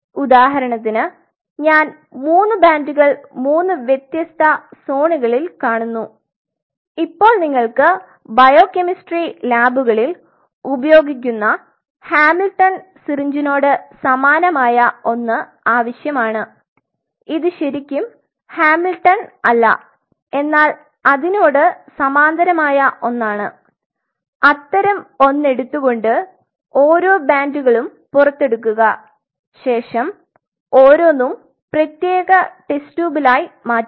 ഉദാഹരണത്തിന് ഞാൻ മൂന്ന് ബാൻഡുകൾ മൂന്ന് വ്യത്യസ്ത സോണുകളിൽ കാണുന്നു ഇപ്പോൾ നിങ്ങൾക്ക് ബയോകെമിസ്ട്രി ലാബുകളിൽ ഉപയോഗിക്കുന്ന ഹാമിൽട്ടൺ സിറിഞ്ചിനോട് സമാനമായ ഒന്ന് ആവശ്യമാണ് ഇത് ശരിക്കും ഹാമിൽട്ടൺ അല്ല എന്നാൽ അതിനോട് സമാന്തരമായ ഒന്നാണ് അത്തരം ഒന്ന് അടുത്ത് കൊണ്ടുവന്ന് ഓരോ ബാൻഡ്കളും പുറത്തെടുകുക ശേഷം ഓരോന്നും പ്രത്യേക ടെസ്റ്റ് ട്യൂബിൽ ആയി മാറ്റുക